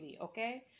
Okay